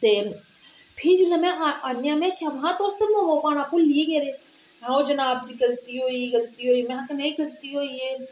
ते फिह् जिसले में आई आं में आखेआ में तुस ते मोमो पाना भुल्ली गेदे ओ जनाब जी गलती होई गेई गलती होई गेई में आखेआ कनेही गलती होई ऐ